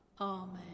Amen